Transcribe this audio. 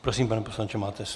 Prosím, pane poslanče, máte slovo.